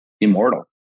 immortal